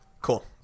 Cool